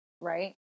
right